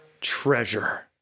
Treasure